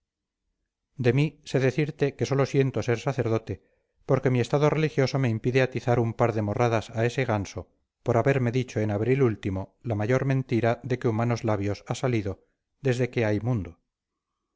de mí sé decirte que sólo siento ser sacerdote porque mi estado religioso me impide atizar un par de morradas a ese ganso por haberme dicho en abril último la mayor mentira que de humanos labios ha salido desde que hay mundo